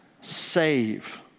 save